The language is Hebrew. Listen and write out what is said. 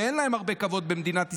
שאין להם הרבה כבוד במדינת ישראל,